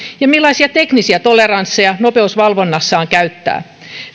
ja millaisia teknisiä toleransseja nopeusvalvonnassaan käyttää